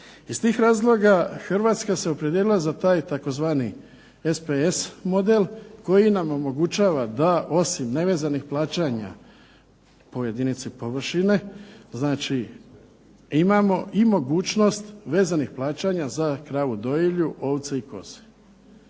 Iz tih razloga Hrvatska se opredijelila za taj tzv. SPS model koji nam omogućava da osim nevezanih plaćanja po jedinici površine, znači imamo i mogućnost vezanih plaćanja za kravu dojilju, ovce i koze.